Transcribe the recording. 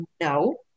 no